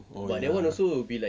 oh ya